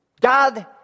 God